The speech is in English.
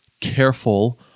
careful